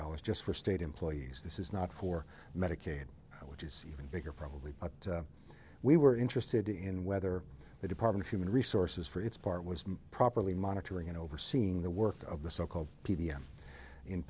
dollars just for state employees this is not for medicaid which is even bigger probably but we were interested in whether the department of human resources for its part was properly monitoring and overseeing the work of the so called p